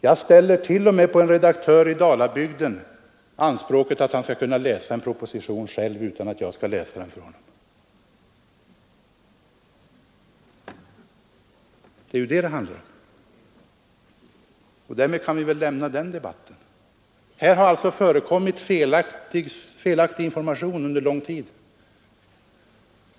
Jag ställer till och med på en redaktör i Land och i Dalabygden anspråket att han skall kunna läsa en proposition själv utan att jag skall behöva läsa den för honom. Det är detta det handlar om, och därmed kan vi väl lämna den debatten. Här har alltså förekommit felaktig information under lång tid.